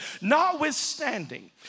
notwithstanding